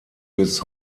bis